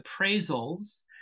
appraisals